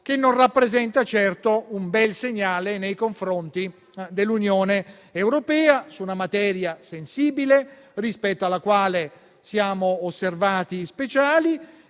che non rappresenta certo un bel segnale nei confronti dell'Unione europea su una materia sensibile rispetto alla quale siamo osservati speciali